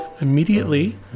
immediately